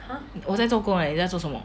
我在做工 leh 你在做什么